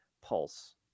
pulse